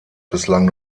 bislang